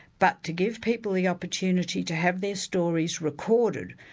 but to give people the opportunity to have their stories recorded.